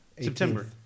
September